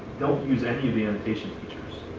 don't use any of thenannotation features,